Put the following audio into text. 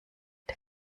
der